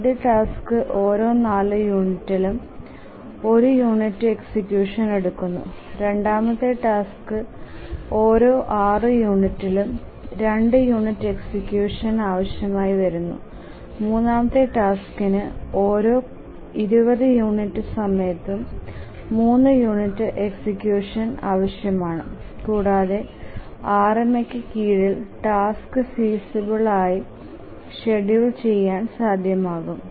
ആദ്യ ടാസ്ക് ഓരോ 4 യൂണിറ്റിനും 1 യൂണിറ്റ് എക്സിക്യൂഷൻ എടുക്കുന്നു രണ്ടാമത്തെ ടാസ്ക്കിന് ഓരോ 6 യൂണിറ്റിനും 2 യൂണിറ്റ് എക്സിക്യൂഷൻ ആവശ്യമാണ് മൂന്നാമത്തെ ടാസ്ക്കിന് ഓരോ 20 യൂണിറ്റ് സമയത്തും 3 യൂണിറ്റ് എക്സിക്യൂഷൻ ആവശ്യമാണ് കൂടാതെ RMA ക് കീഴിൽ ടാസ്ക് ഫീസിബിൽ ആയി ഷ്ഡ്യൂൽ ചെയാൻ സാധ്യമാക്കാം